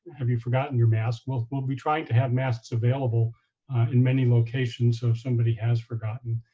have you forgotten your mask? we'll we'll be trying to have masks available in many locations so if somebody has forgotten,